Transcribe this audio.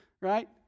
right